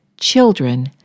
children